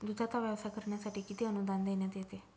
दूधाचा व्यवसाय करण्यासाठी किती अनुदान देण्यात येते?